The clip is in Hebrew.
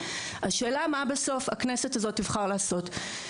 השאלה מה בסוף הכנסת הזאת תבחר לעשות.